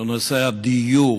לנושא הדיור.